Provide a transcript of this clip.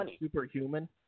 Superhuman